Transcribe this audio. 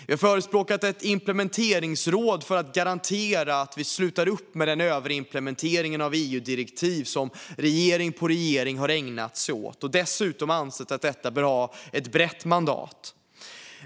Vi har förespråkat ett implementeringsråd för att garantera att vi slutar upp med den överimplementering av EU-direktiv som regering på regering har ägnat sig åt och dessutom ansett att detta behöver ha ett brett mandat.